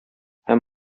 һәм